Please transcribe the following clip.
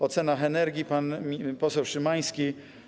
O cenach energii - pan poseł Szymański.